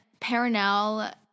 Paranel